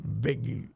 big